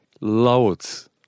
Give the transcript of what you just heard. loads